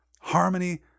Harmony